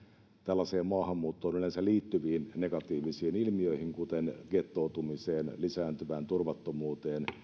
tällaiseen maahanmuuttoon yleensä liittyviin negatiivisiin ilmiöihin kuten gettoutumiseen lisääntyvään turvattomuuteen